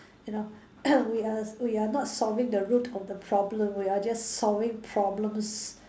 you know we are we are not solving the root of the problem we are just solving problems